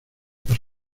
las